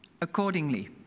Accordingly